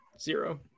zero